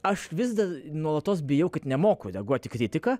aš vis dar nuolatos bijau kad nemoku reaguoti į kritiką